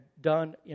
done